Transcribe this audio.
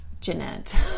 Jeanette